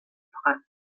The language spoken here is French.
freins